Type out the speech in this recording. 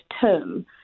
term